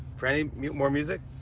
frannie, more music.